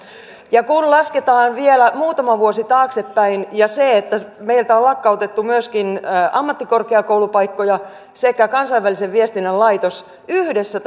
ja kun lasketaan vielä muutama vuosi taaksepäin ja se että meiltä on on lakkautettu myöskin ammattikorkeakoulupaikkoja sekä kansainvälisen viestinnän laitos yhdessä